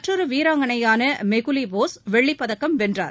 மற்றொரு வீராங்கனையான மெகுலி போஸ் வெள்ளிப்பதக்கம் வென்றார்